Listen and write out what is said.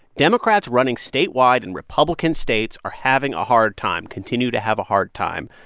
democrats running statewide in republican states are having a hard time, continue to have a hard time.